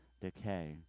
decay